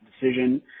decision